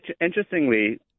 interestingly